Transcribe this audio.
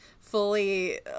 fully